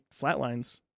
Flatlines